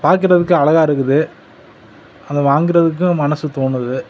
பாக்கிறதுக்கு அழகாக இருக்குது அதை வாங்குகிறதுக்கும் மனசு தோணுது